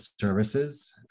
services